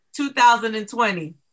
2020